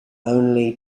only